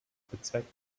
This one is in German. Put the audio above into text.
bezweckt